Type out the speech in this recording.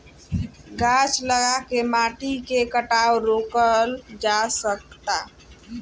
गाछ लगा के माटी के कटाव रोकल जा सकता